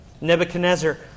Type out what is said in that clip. Nebuchadnezzar